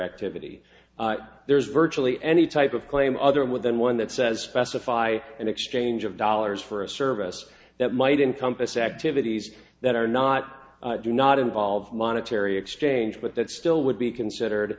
activity there's virtually any type of claim other within one that says specify an exchange of dollars for a service that might in compass activities that are not do not involve monetary exchange but that still would be considered